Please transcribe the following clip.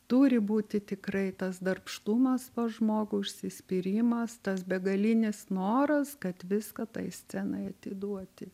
turi būti tikrai tas darbštumas pas žmogų užsispyrimas tas begalinis noras kad viską tai scenai atiduoti